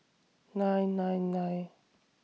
nine nine nine